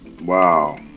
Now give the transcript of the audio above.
wow